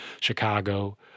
Chicago